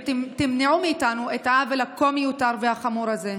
ותמנעו מאיתנו את העוול הכה-מיותר והחמור הזה.